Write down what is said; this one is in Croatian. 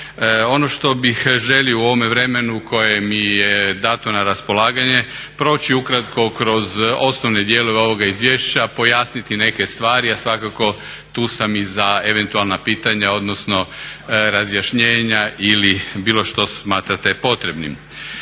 Ono što bih želio u ovome vremenu koje mi je dato na raspolaganje proći ukratko kroz osnovne dijelove ovoga izvješća, pojasniti neke stvari a svakako tu sam i za eventualna pitanja odnosno razjašnjenja ili bilo što smatrate potrebnim.